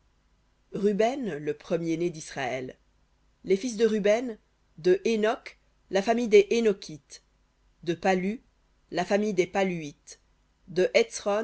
ruben le premier-né d'israël les fils de ruben hénoc la famille des hénokites de pallu la famille des palluites de